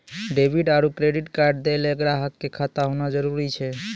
debit आरू credit card दैय ल ग्राहक क खाता होना जरूरी छै